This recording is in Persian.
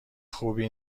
خوبی